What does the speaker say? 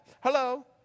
hello